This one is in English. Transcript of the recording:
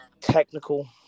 technical